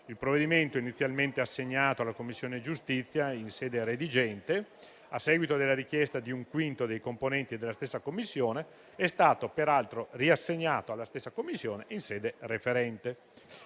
Il provvedimento, inizialmente assegnato alla Commissione giustizia in sede redigente, a seguito della richiesta di un quinto dei componenti della stessa Commissione, è stato peraltro riassegnato alla stessa Commissione in sede referente.